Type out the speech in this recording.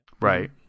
Right